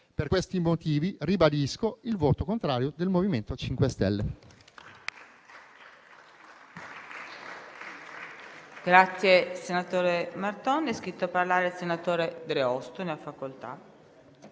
Per questi motivi, ribadisco il voto contrario del MoVimento 5 Stelle.